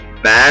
Bad